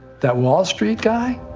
that wall street guy,